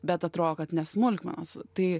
bet atrodo kad ne smulkmenos tai